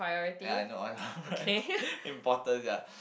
ya in no order of importance ya